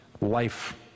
life